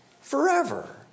forever